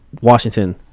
Washington